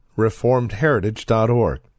reformedheritage.org